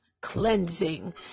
cleansing